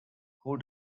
who